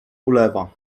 ulewa